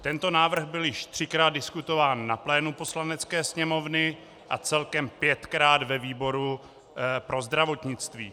Tento návrh byl již třikrát diskutován na plénu Poslanecké sněmovny a celkem pětkrát ve výboru pro zdravotnictví.